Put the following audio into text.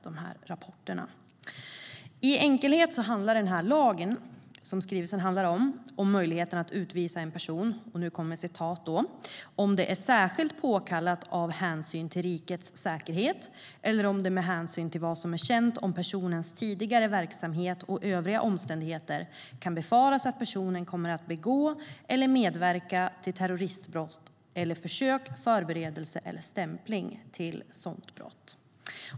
Skrivelsen handlar om tillämpningen av den lag som ger möjlighet att utvisa en person "om det är särskilt påkallat av hänsyn till rikets säkerhet, eller om det med hänsyn till vad som är känt om personens tidigare verksamhet och övriga omständigheter kan befaras att personen kommer att begå eller medverka till terroristbrott . eller försök, förberedelse eller stämpling till sådant brott".